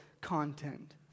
content